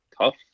tough